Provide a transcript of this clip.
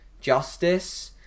justice